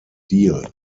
deal